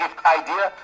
idea